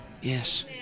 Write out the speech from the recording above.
Yes